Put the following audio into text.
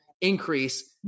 increase